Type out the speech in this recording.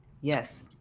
yes